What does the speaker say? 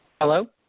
Hello